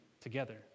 together